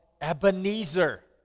Ebenezer